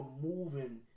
moving